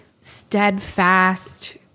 steadfast